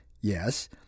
yes